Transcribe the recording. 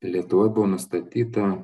lietuvoje buvo nustatyta